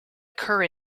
occur